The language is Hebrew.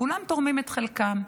שכולם תורמים את חלקם.